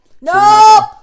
Nope